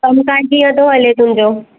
कमु कारु कीअं थो हले तुंहिंजो